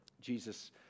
Jesus